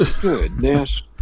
Goodness